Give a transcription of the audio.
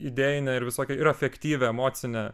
idėjinę ir visokią ir efektyvią emocinę